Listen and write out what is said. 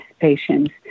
patients